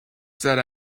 said